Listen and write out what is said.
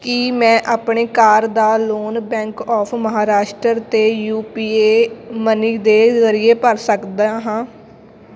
ਕੀ ਮੈਂ ਆਪਣੇ ਕਾਰ ਦਾ ਲੋਨ ਬੈਂਕ ਔਫ ਮਹਾਰਾਸ਼ਟਰ ਅਤੇ ਯੂ ਪੀ ਏ ਮਨੀ ਦੇ ਜ਼ਰੀਏ ਭਰ ਸਕਦਾ ਹਾਂ